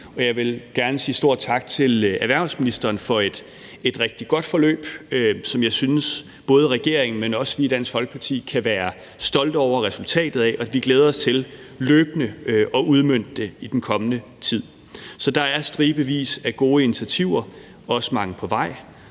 jeg vil gerne sige en stor tak til erhvervsministeren for et rigtig godt forløb, som jeg synes både regeringen, men også vi i Dansk Folkeparti kan være stolte over resultatet af. Vi glæder os til løbende at udmønte det i den kommende tid. Så der er stribevis af gode initiativer – også mange på vej